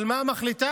אבל מה היא מחליטה?